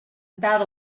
about